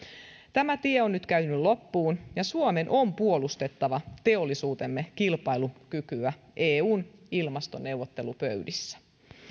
tämä tie on nyt käyty loppuun ja suomen on puolustettava teollisuutemme kilpailukykyä eun ilmastoneuvottelupöydissä